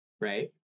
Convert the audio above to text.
Right